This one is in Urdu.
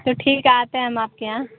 تو ٹھیک ہے آتے ہیں ہم آپ کے یہاں